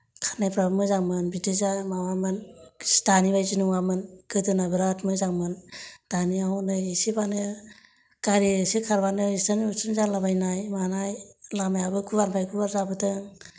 खारनायफ्राबो मोजांमोन बिदि जा माबामोन दानि बायदि नङामोन गोदोना बिराद मोजांमोन दानिया हनै इसेबानो गारि इसे खारबानो एक्सिदेन्त बेक्सिदेन्त जालाबायनाय मानाय लामायाबो गुवारनिफ्राय गुवार जाबोदों